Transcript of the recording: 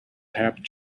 helped